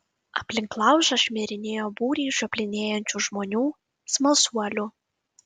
aplink laužą šmirinėjo būriai žioplinėjančių žmonių smalsuolių